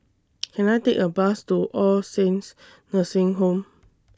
Can I Take A Bus to All Saints Nursing Home